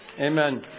Amen